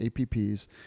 app's